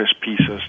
pieces